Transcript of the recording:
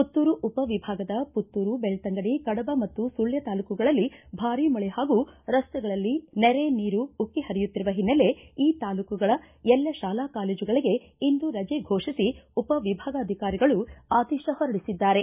ಪುತ್ತೂರು ಉಪ ವಿಭಾಗದ ಪುತ್ತೂರು ಬೆಳ್ತಂಗಡಿ ಕಡಬ ಮತ್ತು ಸುಳ್ಯ ತಾಲೂಕುಗಳಲ್ಲಿ ಭಾರೀ ಮಳೆ ಹಾಗೂ ರಸ್ತೆಗಳಲ್ಲಿ ನೆರೆ ನೀರು ಉಕ್ಕಿ ಹರಿಯುತ್ತಿರುವ ಹಿನ್ನೆಲೆ ಈ ತಾಲೂಕುಗಳ ಎಲ್ಲ ಶಾಲಾ ಕಾಲೇಜುಗಳಿಗೆ ಇಂದು ರಜೆ ಫೋಷಿಸಿ ಉಪ ವಿಭಾಗಾಧಿಕಾರಿಗಳು ಆದೇಶ ಹೊರಡಿಸಿದ್ದಾರೆ